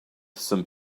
some